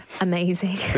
Amazing